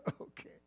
Okay